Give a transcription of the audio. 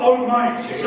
Almighty